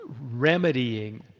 remedying